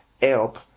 help